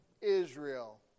Israel